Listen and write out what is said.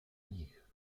nich